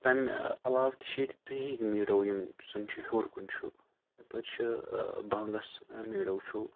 تہٕ تَمہِ علاوٕ تہِ چھِ ییٚتہِ دُنیاہِکۍ میٖڈو یِم زَن چھِ ہیٛور کُن چھِ یَپٲرۍ چھِ ٲں بنٛگَس میٖڈو چھُ